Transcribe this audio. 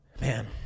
Man